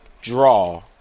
draw